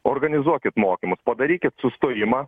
organizuokit mokymus padarykit sustojimą